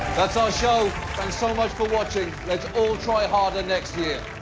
that's our show. thanks so much for watching. let's all try harder next year.